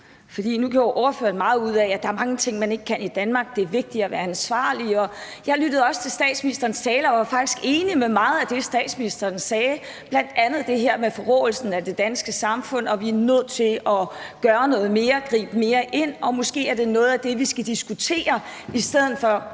gjorde ordføreren meget ud af, at der er mange ting, man ikke kan i Danmark, og at det er vigtigt at være ansvarlig. Jeg lyttede også til statsministerens tale og var faktisk enig i meget af det, statsministeren sagde, bl.a. det her med forråelsen af det danske samfund, og at vi er nødt til at gøre noget mere, gribe mere ind. Og måske er det noget af det, vi skal diskutere, i stedet for